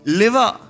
liver